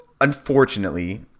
unfortunately